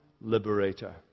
liberator